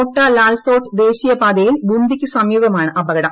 കോട്ട ലാൽ സോട്ട് ദേശീയ പാതയിൽ ബുന്ദിക്ക് സമീപമാണ് അപകടം